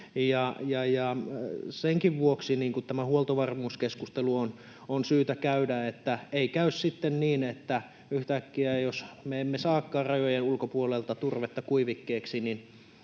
senkin vuoksi tämä huoltovarmuuskeskustelu on syytä käydä, että ei käy sitten niin, että yhtäkkiä, jos me emme saakaan rajojen ulkopuolelta turvetta kuivikkeeksi,